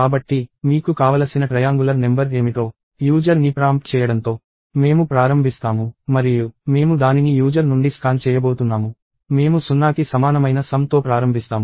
కాబట్టి మీకు కావలసిన ట్రయాంగులర్ నెంబర్ ఏమిటో యూజర్ ని ప్రాంప్ట్ చేయడంతో మేము ప్రారంభిస్తాము మరియు మేము దానిని యూజర్ నుండి స్కాన్ చేయబోతున్నాము మేము సున్నాకి సమానమైన సమ్ తో ప్రారంభిస్తాము